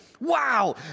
Wow